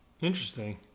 Interesting